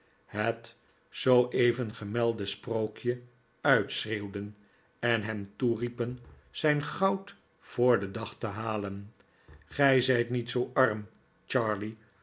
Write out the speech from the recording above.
ketellapper net zooeven gemelde sprookje uitschreeuwden en hem toeriepen zijn goud voor den dag te halen gij zijt niet zoo arm